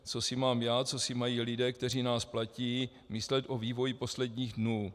Co si mám já, co si mají lidé, kteří nás platí, myslet o vývoji posledních dnů?